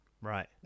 right